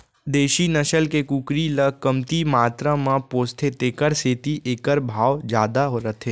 देसी नसल के कुकरी ल कमती मातरा म पोसथें तेकर सेती एकर भाव जादा रथे